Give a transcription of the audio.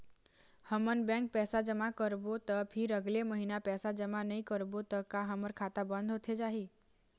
हमन बैंक पैसा जमा करबो ता फिर अगले महीना पैसा जमा नई करबो ता का हमर खाता बंद होथे जाही?